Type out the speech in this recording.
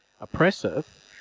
oppressive